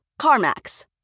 CarMax